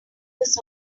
his